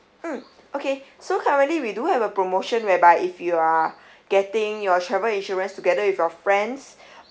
mm okay so currently we do have a promotion whereby if you are getting your travel insurance together with your friends